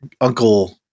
uncle